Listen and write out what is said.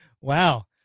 wow